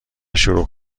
شروع